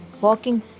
Walking